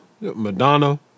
Madonna